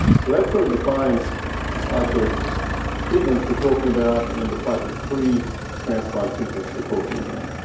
so that sort of defines the type of treatments we're talking about and the type of pre transplant treatments we're talking about.